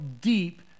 deep